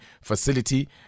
facility